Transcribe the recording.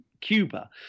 Cuba